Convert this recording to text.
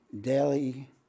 daily